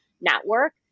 network